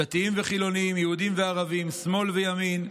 דתיים וחילונים, יהודים וערבים, שמאל וימין,